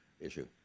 issue